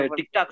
TikTok